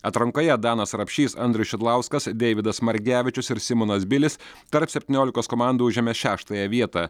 atrankoje danas rapšys andrius šidlauskas deividas margevičius ir simonas bilis tarp septyniolikos komandų užėmė šeštąją vietą